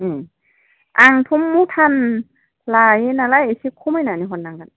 आंथ' मथान लायो नालाय एसे खमायनानै हरनांगोन